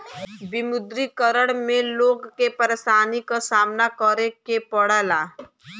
विमुद्रीकरण में लोग के परेशानी क सामना करे के पड़ल